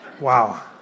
Wow